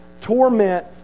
torment